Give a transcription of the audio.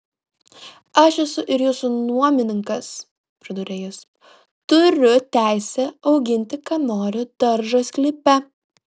aš esu ir jūsų nuomininkas priduria jis turiu teisę auginti ką noriu daržo sklype